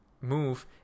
move